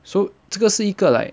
so 这个是一个 like